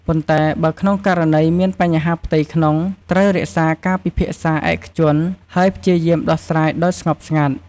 ប៉ុន្តែបើក្នុងករណីមានបញ្ហាផ្ទៃក្នុង ត្រូវរក្សាការពិភាក្សាឯកជន ហើយព្យាយាមដោះស្រាយដោយស្ងប់ស្ងាត់។